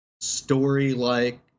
story-like